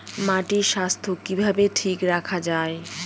মাটির স্বাস্থ্য কিভাবে ঠিক রাখা যায়?